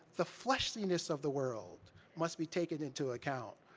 the fleshliness of the world must be taken into account,